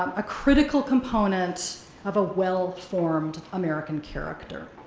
um a critical component of a well-formed american character.